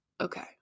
Okay